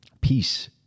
peace